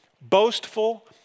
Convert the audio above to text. boastful